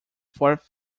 fourth